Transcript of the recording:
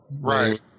Right